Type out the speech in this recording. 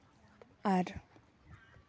ᱟᱨ